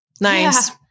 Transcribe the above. Nice